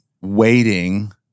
waiting